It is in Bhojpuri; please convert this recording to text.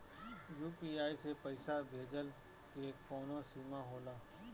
यू.पी.आई से पईसा भेजल के कौनो सीमा होला?